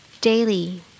Daily